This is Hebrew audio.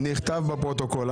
נכתב בפרוטוקול.